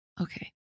okay